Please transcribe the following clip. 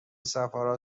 صفرا